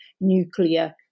nuclear